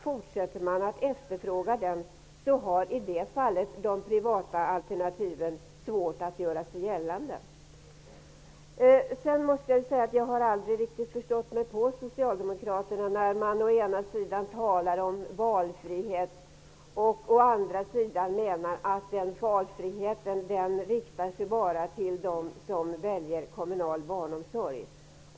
Fortsätter man att efterfråga den, har i det fallet de privata alternativen svårt att göra sig gällande. Jag har aldrig riktigt förstått mig på Socialdemokraterna, när de å ena sidan talar om valfrihet och å andra sidan menar att den valfriheten bara riktar sig dem som väljer kommunal barnomsorg.